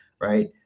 right